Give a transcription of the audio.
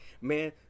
Man